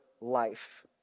life